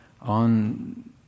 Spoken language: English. on